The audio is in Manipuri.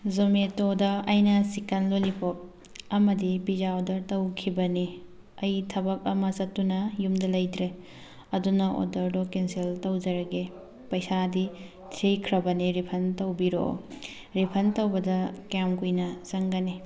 ꯖꯣꯃꯦꯇꯣꯗ ꯑꯩꯅ ꯆꯤꯀꯟ ꯂꯣꯂꯤꯄꯣꯞ ꯑꯃꯗꯤ ꯄꯤꯖꯥ ꯑꯣꯗꯔ ꯇꯧꯈꯤꯕꯅꯤ ꯑꯩ ꯊꯕꯛ ꯑꯃ ꯆꯠꯇꯨꯅ ꯌꯨꯝꯗ ꯂꯩꯇ꯭ꯔꯦ ꯑꯗꯨꯅ ꯑꯣꯗꯔꯗꯣ ꯀꯦꯟꯁꯦꯜ ꯇꯧꯖꯔꯒꯦ ꯄꯩꯁꯥꯗꯤ ꯊꯤꯈ꯭ꯔꯕꯅꯦ ꯔꯤꯐꯟ ꯇꯧꯕꯤꯔꯛꯑꯣ ꯔꯤꯐꯟ ꯇꯧꯕꯗ ꯀꯌꯥꯝ ꯀꯨꯏꯅ ꯆꯪꯒꯅꯤ